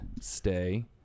stay